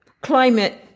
climate